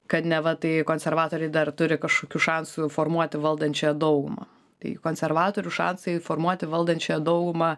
kad neva tai konservatoriai dar turi kažkokių šansų formuoti valdančiąją daugumą tai konservatorių šansai formuoti valdančiąją daugumą